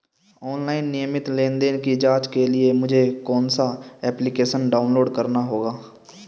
Online नियमित लेनदेन की जांच के लिए मुझे कौनसा एप्लिकेशन डाउनलोड करना होगा?